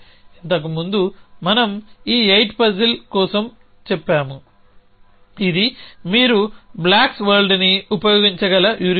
ఇంతకు ముందు మనం ఈ 8 పజిల్ కోసం చెప్పాము ఇది మీరు బ్లాక్స్ వరల్డ్ని ఉపయోగించగల హ్యూరిస్టిక్